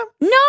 No